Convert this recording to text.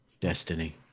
destiny